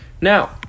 Now